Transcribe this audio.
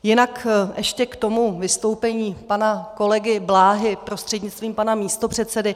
Jinak ještě k tomu vystoupení pana kolegy Bláhy prostřednictvím pana místopředsedy.